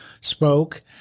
spoke